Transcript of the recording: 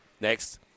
next